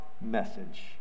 message